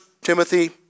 Timothy